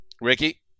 ricky